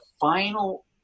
final